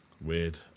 weird